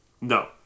No